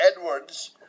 Edwards